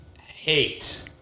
Hate